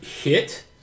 hit